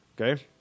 Okay